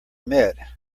met